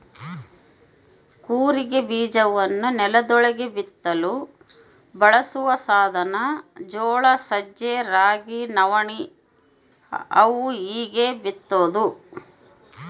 ಕೂರಿಗೆ ಬೀಜವನ್ನು ನೆಲದೊಳಗೆ ಬಿತ್ತಲು ಬಳಸುವ ಸಾಧನ ಜೋಳ ಸಜ್ಜೆ ರಾಗಿ ನವಣೆ ಅವು ಹೀಗೇ ಬಿತ್ತೋದು